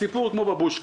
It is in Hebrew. הסיפור הוא כמו בבושקה.